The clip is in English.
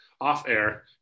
off-air